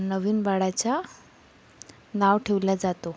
नवीन बाळाच्या नाव ठेवल्या जातो